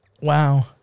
Wow